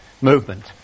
movement